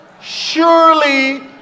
surely